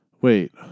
Wait